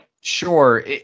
Sure